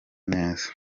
neza